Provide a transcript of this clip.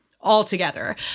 Altogether